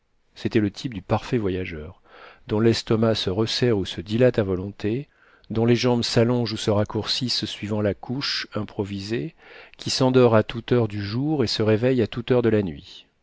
c'était le type du parfait voyageur dont l'estomac se resserre ou se dilate à volonté dont les jambes s'allongent ou se raccourcissent suivant la couche improvisée qui s'endort à toute heure du jour et se réveille à toute heure de la nuit